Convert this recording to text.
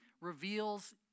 reveals